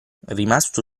rimasto